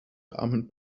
armand